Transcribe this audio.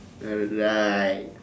alright